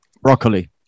Broccoli